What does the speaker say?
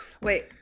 wait